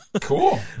Cool